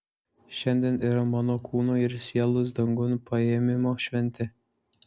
šiandien yra mano kūno ir sielos dangun paėmimo šventė